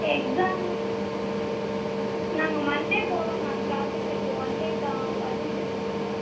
exam நாங்கள் Monday போகிறோம் ma'am ப்ராஜக்ட்டுக்கு ஒன் டே தான் பர்மிஷன் வேணும்